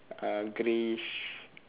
uh greyish